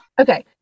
Okay